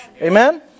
Amen